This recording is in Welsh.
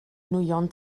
nwyon